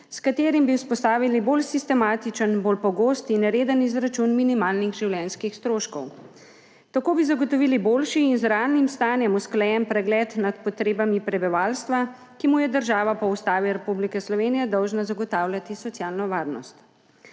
s katerim bi vzpostavili bolj sistematičen, bolj pogost in reden izračun minimalnih življenjskih stroškov. Tako bi zagotovili boljši in z realnim stanjem usklajen pregled nad potrebami prebivalstva, ki mu je država po Ustavi Republike Slovenije dolžna zagotavljati socialno varnost.